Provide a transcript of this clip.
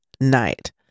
night